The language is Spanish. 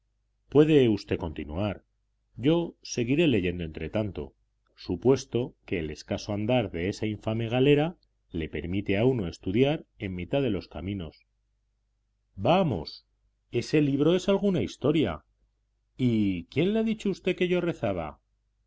puede usted continuar yo seguiré leyendo entretanto supuesto que el escaso andar de esa infame galera le permite a uno estudiar en mitad de los caminos vamos ese libro es alguna historia y quién le ha dicho a usted que yo rezaba